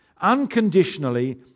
unconditionally